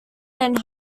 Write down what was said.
than